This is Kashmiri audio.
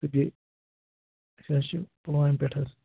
تہٕ بیٚیہِ أسۍ حظ چھِ پُلوامہِ پٮ۪ٹھ حظ